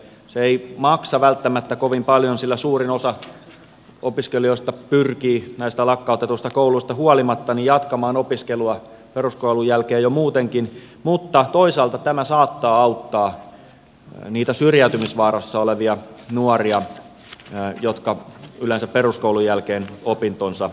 se ei maksa välttämättä kovin paljon sillä suurin osa opiskelijoista pyrkii näistä lakkautetuista kouluista huolimatta jatkamaan opiskelua peruskoulun jälkeen jo muutenkin mutta toisaalta tämä saattaa auttaa niitä syrjäytymisvaarassa olevia nuoria jotka yleensä peruskoulun jälkeen opintonsa lopettavat